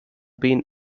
been